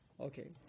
Okay